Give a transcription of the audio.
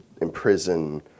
imprison